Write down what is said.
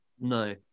No